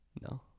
No